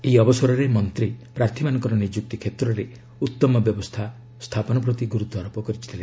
ଏହି ଅବସରରେ ମନ୍ତ୍ରୀ ପ୍ରାର୍ଥୀମାନଙ୍କ ନିଯୁକ୍ତି କ୍ଷେତ୍ରରେ ଉତ୍ତମ ବ୍ୟବସ୍ଥା ପ୍ରତି ଗୁରୁତ୍ୱାରୋପ କରିଛନ୍ତି